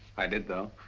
i did though.